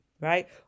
right